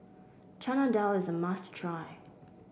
Chana Dal is a must try